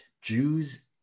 Jews